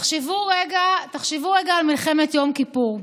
תחשבו רגע על מלחמת יום כיפור,